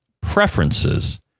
preferences